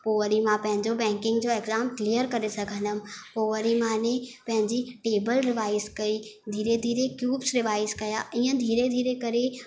पोइ वरी मां पंहिंजो बैंकिंग जो एक्ज़ाम क्लियर करे सघंदी हुयमि पोइ वरी माने पंहिंजी टेबल रिवाइस कई धीरे धीरे क्यूब्स रिवाइस कया ईअं धीरे धीरे करे